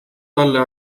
talle